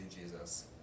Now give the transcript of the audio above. Jesus